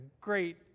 great